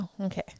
Okay